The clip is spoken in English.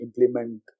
implement